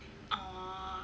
oh